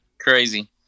crazy